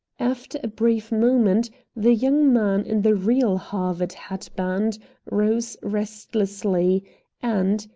after a brief moment the young man in the real harvard hat-band rose restlessly and,